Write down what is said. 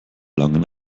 langen